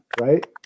right